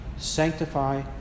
sanctify